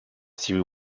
stevie